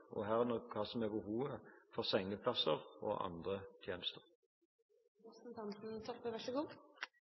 og herunder hva som er behovet for sengeplasser og andre tjenester.